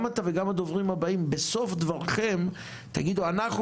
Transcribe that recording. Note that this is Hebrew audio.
גם אתה וגם הדוברים הבאים תגידו "אנחנו